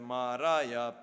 Maraya